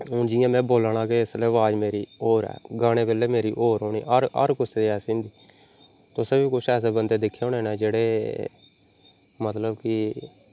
हून जियां मे बोला ना कि इसलै अवाज़ मेरी होर ऐ गाने बेल्लै मेरी होर होनी हर हर कुसै दी ऐसी होंदी तुसें बी कुछ ऐसे बन्दे दिक्खे होने जेह्ड़े मतलब कि